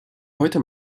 heute